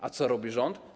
A co robi rząd?